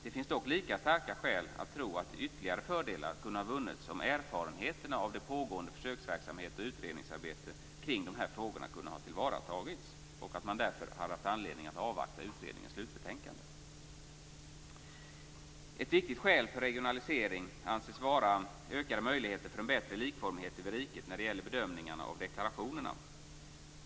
Det finns dock lika starka skäl att tro att ytterligare fördelar kunde ha vunnits om erfarenheterna av pågående försöksverksamhet och utredningsarbete kring de här frågorna hade tillvaratagits. Då hade man också haft anledning att avvakta utredningens slutbetänkande. Ett viktigt skäl för regionalisering anses vara ökade möjligheter att få en bättre likformighet över riket när det gäller bedömningen av deklarationerna.